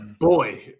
boy